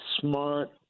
smart